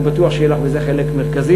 ואני בטוח שיהיה לך בזה חלק מרכזי.